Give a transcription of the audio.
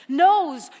knows